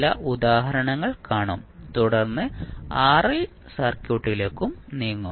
ചില ഉദാഹരണങ്ങൾ കാണും തുടർന്ന് ആർഎൽ സർക്യൂട്ടിലേക്കും നീങ്ങും